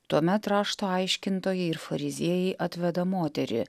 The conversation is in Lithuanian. tuomet rašto aiškintojai ir fariziejai atveda moterį